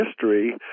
history